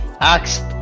acts